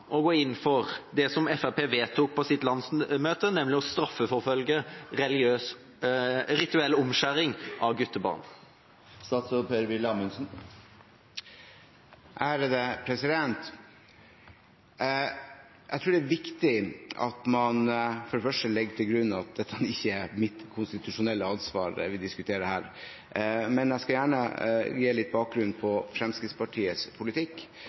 å gå inn for det som Fremskrittspartiet vedtok på sitt landsmøte, nemlig å straffeforfølge rituell omskjæring av guttebarn? Jeg tror det er viktig at man for det første legger til grunn at det ikke er mitt konstitusjonelle ansvar som vi diskuterer her. Men jeg skal gjerne si litt om bakgrunnen for Fremskrittspartiets politikk